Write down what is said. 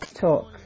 Talk